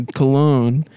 cologne